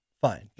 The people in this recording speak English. fine